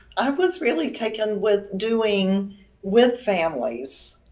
i was really taken with doing with families.